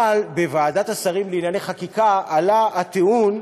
אבל בוועדת השרים לענייני חקיקה עלה הטיעון,